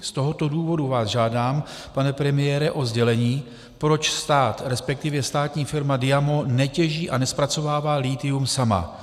Z tohoto důvodu vás žádám, pane premiére, o sdělení, proč stát, respektive státní firma DIAMO netěží a nezpracovává lithium sama.